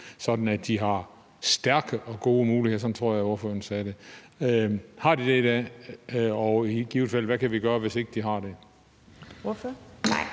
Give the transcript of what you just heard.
sådan at de har stærke og gode muligheder – sådan tror jeg ordføreren sagde det. Har de det i dag? Og hvad kan vi gøre, hvis ikke de har det? Kl.